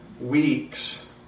weeks